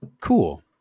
cool